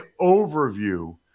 overview